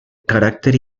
carácter